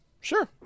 Sure